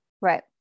right